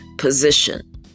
Position